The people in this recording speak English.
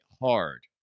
hard